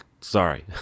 sorry